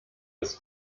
des